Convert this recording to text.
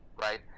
right